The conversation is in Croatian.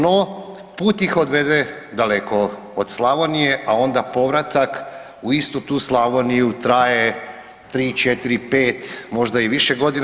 No put ih odvede daleko od Slavonije, a onda povratak u istu tu Slavoniju traje 3-4, 5, možda i više godina.